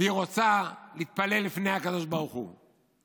והיא רוצה להתפלל לפני הקדוש ברוך הוא?